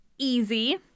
easy